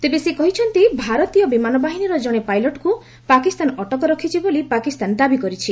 ତେବେ ସେ କହିଛନ୍ତି ଭାରତୀୟ ବିମାନ ବାହିନୀର ଜଣେ ପାଇଲଟ୍ଙ୍କ ପାକିସ୍ତାନ ଅଟକ ରଖିଛି ବୋଲି ପାକିସ୍ତାନ ଦାବି କରିଛି